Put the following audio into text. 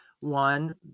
one